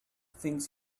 thinks